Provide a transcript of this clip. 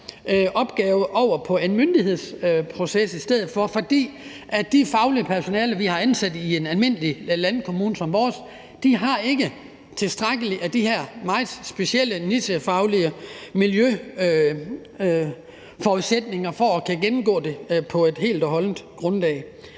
opgave over i en myndighedsproces i stedet for, for det faglige personale, vi har ansat i en almindelig landkommune som vores, har ikke tilstrækkelige af de her meget specielle nichefaglige miljøforudsætninger for at kunne gennemgå det på et fuldt og holdbart grundlag.